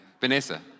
Vanessa